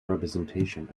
representation